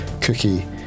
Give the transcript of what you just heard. Cookie